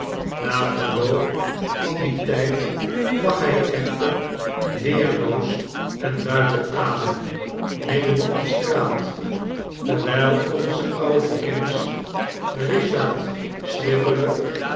na verloop van dien tijd lag hij echter weerloos en buiten ad em midden opdestraat terwijl onze oude kennis